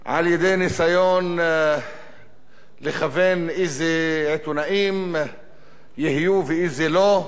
על-ידי ניסיון לכוון אילו עיתונאים יהיו ואילו לא.